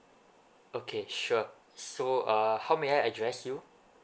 okay sure so uh how may I address you